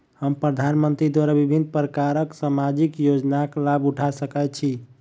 हम प्रधानमंत्री द्वारा विभिन्न प्रकारक सामाजिक योजनाक लाभ उठा सकै छी?